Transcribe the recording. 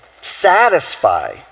satisfy